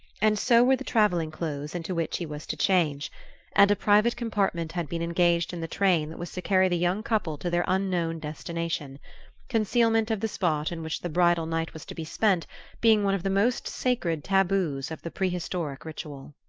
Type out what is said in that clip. and so were the travelling clothes into which he was to change and a private compartment had been engaged in the train that was to carry the young couple to their unknown destination concealment of the spot in which the bridal night was to be spent being one of the most sacred taboos of the prehistoric ritual.